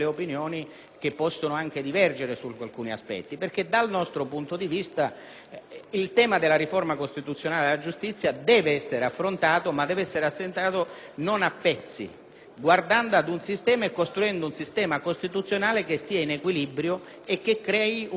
il tema della riforma costituzionale della giustizia deve essere affrontato, ma non a pezzi, bensì pensando e costruendo un sistema costituzionale che stia in equilibrio e che crei un nuovo equilibrio che vada bene per l'amministrazione della giustizia nel supremo interesse dei cittadini.